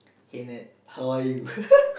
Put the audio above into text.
hey Nat how are you